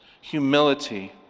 Humility